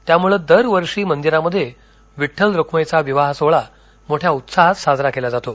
त्यामुळे दर वर्षी मंदिरामध्ये विड्डल रख्माईचा विवाह सोहळा मोठ्या उत्साहात साजरा केला जातो